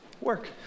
work